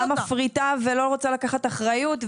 המדינה מפריטה ולא רוצה לוקחת אחריות,